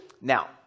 Now